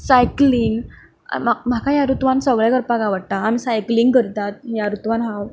cycling म्हा म्हाका ह्या रुतूवान सगळें करपाक आवडटा आमी सायक्लींग करतात ह्या रुतूवांत हांव